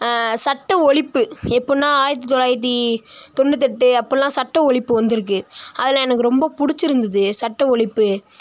சட்ட ஒழிப்பு எப்படின்னா ஆயிரத்து தொள்ளாயிரத்தி தொண்ணுத்தெட்டு அப்படில்லாம் சட்ட ஒழிப்பு வந்திருக்கு அதில் எனக்கு ரொம்ப பிடிச்சிருந்துது சட்ட ஒழிப்பு